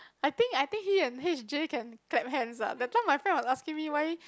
I think I think he and H_J can clap hands ah that time my friend was asking me why